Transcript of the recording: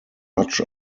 much